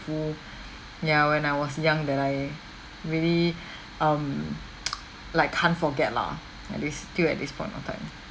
ya when I was young that I really um like can't forget lah at least still at this point of time